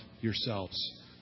yourselves